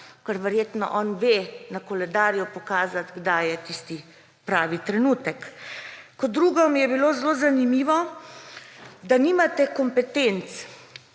ker verjetno on lahko na koledarju pokaže, kdaj je tisti pravi trenutek. Kot drugo mi je bilo zanimivo, da nimate kompetenc.